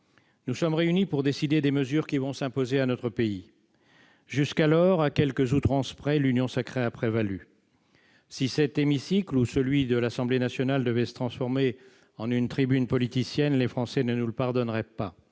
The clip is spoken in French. Nous sommes réunis pour décider des mesures qui vont s'imposer à notre pays. Jusqu'à présent, à quelques outrances près, l'union sacrée a prévalu. Si cet hémicycle, ou celui de l'Assemblée nationale, devait se transformer en une tribune politicienne, les Français ne nous le pardonneraient pas.